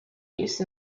use